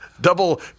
double